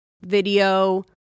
video